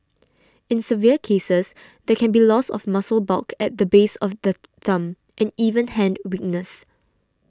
in severe cases there can be loss of muscle bulk at the base of the thumb and even hand weakness